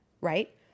Right